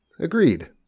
Agreed